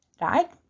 right